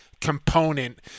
component